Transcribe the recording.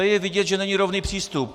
Je vidět, že není rovný přístup.